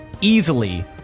easily